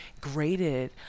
graded